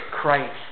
Christ